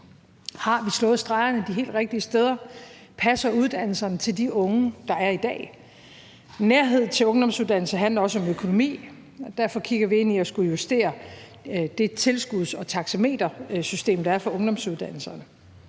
Har vi slået stregerne de helt rigtige steder? Passer uddannelserne til de unge, der er i dag? Nærhed til ungdomsuddannelser handler om økonomi, og derfor kigger vi ind i at skulle justere det tilskuds- og taxametersystem, der er for ungdomsuddannelserne.